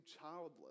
childless